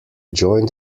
joint